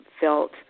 felt